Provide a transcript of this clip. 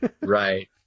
Right